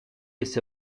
esse